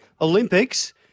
Olympics